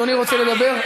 אדוני רוצה לדבר?